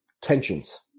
tensions